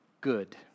good